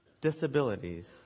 disabilities